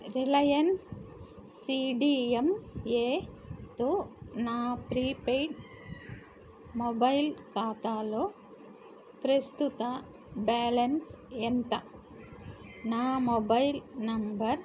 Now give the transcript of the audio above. Reliance C D M ఏతో నా prepaid mobile ఖాతాలో ప్రస్తుత బ్యాలెన్స్ ఎంత నా మొబైల్ నెంబర్